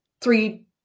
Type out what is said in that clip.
three